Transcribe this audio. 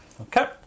Okay